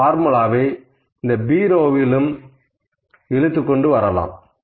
இந்த ஃபார்முலாவை இந்த B ரோவிலும் இழுத்துக் கொண்டு வரலாம்